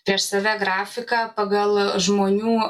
prieš save grafiką pagal žmonių